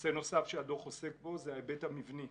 נושא נוסף שהדוח עוסק בו זה ההיבט המבני.